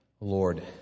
Lord